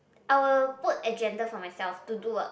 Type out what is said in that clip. I will put agenda for myself to do work